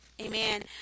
Amen